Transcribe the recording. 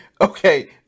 okay